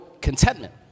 contentment